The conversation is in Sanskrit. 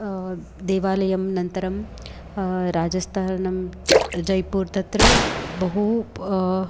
देवालयं अनन्तरं राजस्थानं जैपूर् तत्र बहु